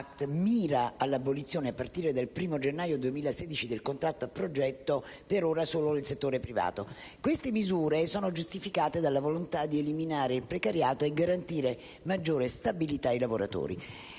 del *jobs* *act* mira all'abolizione, a partire dal 1° gennaio 2016, del contratto a progetto per ora solo nel settore privato, queste misure sono giustificate dalla volontà di eliminare il precariato e garantire maggiore stabilità ai lavoratori.